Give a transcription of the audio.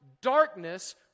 darkness